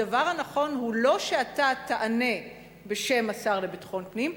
הדבר הנכון הוא לא שאתה תענה בשם השר לביטחון הפנים,